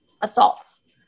assaults